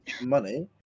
money